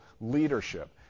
leadership